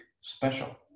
special